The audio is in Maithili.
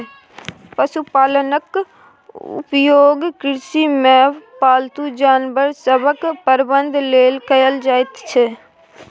पशुपालनक उपयोग कृषिमे पालतू जानवर सभक प्रबंधन लेल कएल जाइत छै